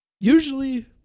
usually